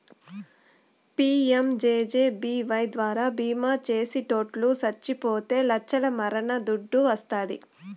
PMJJBY ద్వారా బీమా చేసిటోట్లు సచ్చిపోతే లచ్చల మరణ దుడ్డు వస్తాది